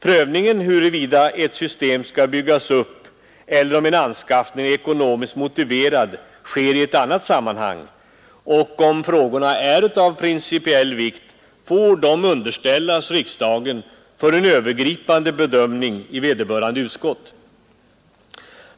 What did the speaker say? Prövningen av hur ett system skall byggas upp eller om en anskaffning är ekonomiskt motiverad sker i annat sammanhang, och om frågorna är av principiell vikt får de underställas riksdagen för en övergripande bedömning i vederbörande utskott.